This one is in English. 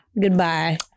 Goodbye